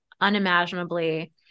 unimaginably